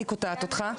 שאני קוטעת אותך.